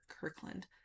Kirkland